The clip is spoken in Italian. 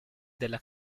della